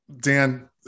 Dan